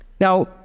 Now